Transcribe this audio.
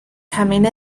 coming